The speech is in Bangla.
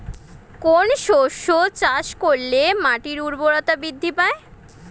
কোন শস্য চাষ করলে মাটির উর্বরতা বৃদ্ধি পায়?